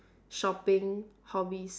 shopping hobbies